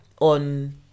on